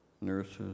nurses